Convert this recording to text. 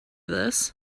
this